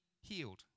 healed